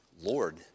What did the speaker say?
Lord